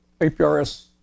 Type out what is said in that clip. APRS